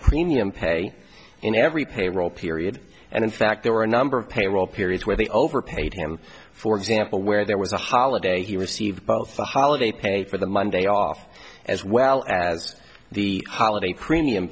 premium pay in every payroll period and in fact there were a number of payroll periods where they overpaid him for example where there was a holiday he received both the holiday paid for the monday off as well as the holiday premium